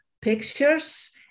pictures